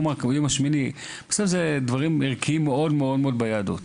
אלה דברים ערכיים מאוד ביהדות.